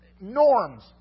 norms